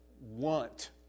want